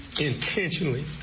intentionally